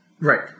Right